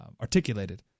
articulated